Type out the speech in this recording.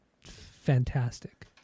fantastic